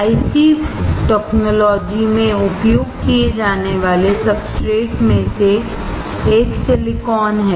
IC प्रौद्योगिकी में उपयोग किए जाने वाले सबस्ट्रेट्स में से एक सिलिकॉन है